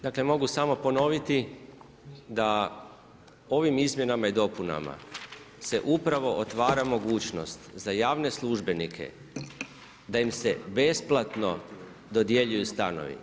Dakle, mogu samo ponoviti da ovim izmjenama i dopunama se upravo otvara mogućnost za javne službenike da im se besplatno dodjeljuju stanovi.